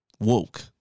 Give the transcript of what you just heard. woke